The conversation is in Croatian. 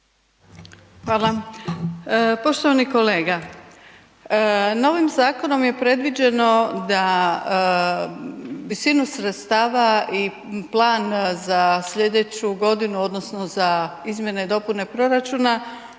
Hvala. Poštovani kolega, novim zakonom je predviđeno, da visinu sredstava i plan za sljedeću godinu, odnosno, za izmjene i dopune proračuna,